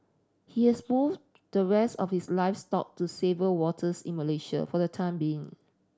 he has moved the rest of his livestock to safer waters in Malaysia for the time being